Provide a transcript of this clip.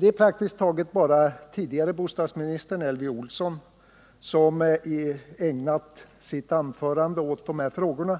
Det är praktiskt taget bara tidigare bostadsministern Elvy Olsson som ägnat sitt anförande åt de frågorna,